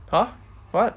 !huh! what